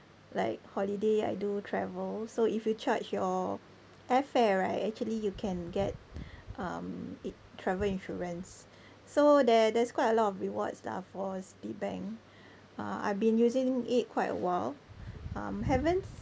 like holiday I do travel so if you charge your airfare right actually you can get um in~ travel insurance so there there's quite a lot of rewards lah for Citibank uh I've been using it quite a while um haven't